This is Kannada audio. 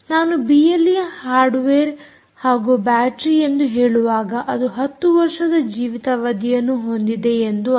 ನಾನು ಬಿಎಲ್ಈ ಹಾರ್ಡ್ವೇರ್ ಹಾಗೂ ಬ್ಯಾಟರೀ ಎಂದು ಹೇಳುವಾಗ ಅದು 10 ವರ್ಷದ ಜೀವಿತವಧಿಯನ್ನು ಹೊಂದಿದೆ ಎಂದು ಅರ್ಥ